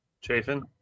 Chafin